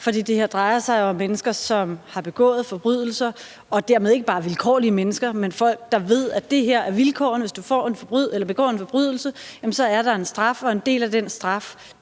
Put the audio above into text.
For det her drejer sig jo om mennesker, som har begået forbrydelser, og dermed ikke bare vilkårlige mennesker, men folk, der ved, at det her er vilkårene, altså at der, hvis du begår en forbrydelse, er en straf, og en del af den straf